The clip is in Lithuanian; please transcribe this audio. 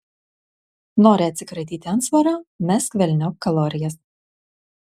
nori atsikratyti antsvorio mesk velniop kalorijas